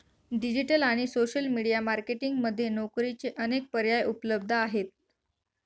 digital आणि social media marketing मध्ये नोकरीचे अनेक पर्याय उपलब्ध आहेत